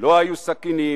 לא היו סכינים,